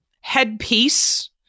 headpiece